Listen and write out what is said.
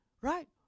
right